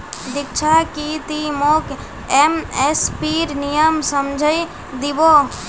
दीक्षा की ती मोक एम.एस.पीर नियम समझइ दी बो